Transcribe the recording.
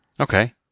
Okay